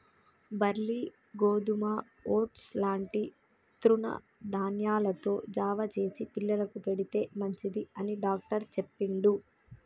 barley గోధుమ oats లాంటి తృణ ధాన్యాలతో జావ చేసి పిల్లలకు పెడితే మంచిది అని డాక్టర్ చెప్పిండు